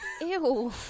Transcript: ew